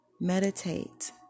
Meditate